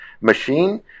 machine